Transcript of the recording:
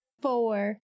Four